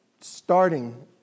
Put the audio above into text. starting